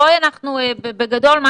בגדול,